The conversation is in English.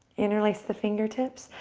interlace the fingertips,